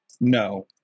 no